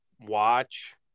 watch